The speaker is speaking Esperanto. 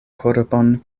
korpon